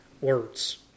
words